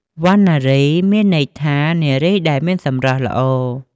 វណ្ណារី មានន័យថានារីដែលមានសម្រស់ល្អ។